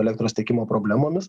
elektros tiekimo problemomis